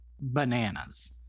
bananas